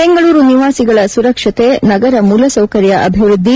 ಬೆಂಗಳೂರು ನಿವಾಸಿಗಳ ಸುರಕ್ಷತೆ ನಗರ ಮೂಲಸೌಕರ್ಯ ಅಭಿವೃದ್ಧಿ